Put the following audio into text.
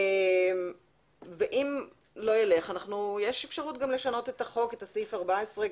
המועצה הארצית לפיה הם יביאו לדיון ואישור במועצה בהקדם את ההצעה,